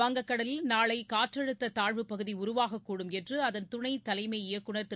வங்கக்கடலில் நாளை காற்றழுத்த தாழ்வுப்பகுதி உருவாகக்கூடும் என்றும் அதன் துணைத் தலைமை இயக்குநர் திரு